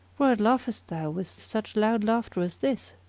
whereat laughest thou with such loud laughter as this?